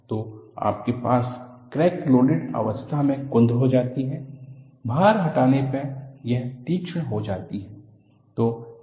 तो आपके पास क्रैक लोडेड आवस्था में कुंद हो जाती है भार हटाने पर यह तीक्ष्ण हो जाती है